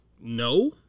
No